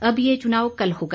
अब ये चुनाव कल होगा